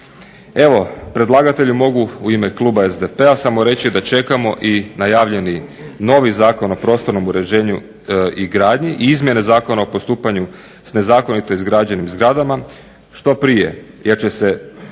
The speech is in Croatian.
Evo, predlagatelju mogu u ime kluba SDP-a samo reći da čekamo i najavljeni novi Zakon o prostornom uređenju i gradnji i izmjene Zakona o postupanju s nezakonito izgrađenim zgradama što prije jer će se